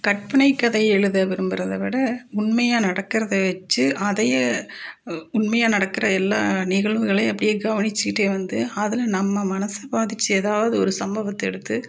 கற்பனை கதை எழுத விரும்புறதை விட உண்மையாக நடக்கிறத வெச்சு அதையே உண்மையாக நடக்கிற எல்லா நிகழ்வுகளையும் அப்படியே கவனிச்சுக்கிட்டே வந்து அதில் நம்ம மனசை பாதித்த எதாவது ஒரு சம்பவத்தை எடுத்து